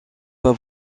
pas